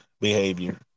behavior